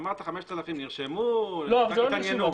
אמרת ש-5,000 נרשמו, התעניינו.